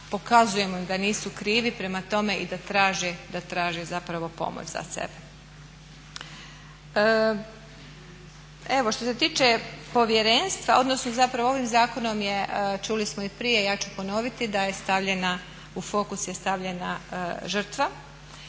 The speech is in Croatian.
pokazujemo im da nisu krivi, prema tome i da traže zapravo pomoć za sebe. Evo što se tiče povjerenstva odnosno zapravo ovim zakonom je, čuli smo i prije, ja ću ponoviti, da je u fokus je